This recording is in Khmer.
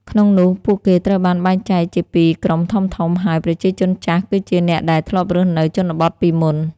ក្នុងនោះ ពួកគេត្រូវបានបែងចែកជាពីរក្រុមធំៗ ហើយ ប្រជាជនចាស់ គឺជាអ្នកដែលធ្លាប់រស់នៅជនបទពីមុន។